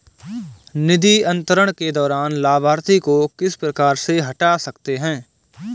निधि अंतरण के दौरान लाभार्थी को किस प्रकार से हटा सकते हैं?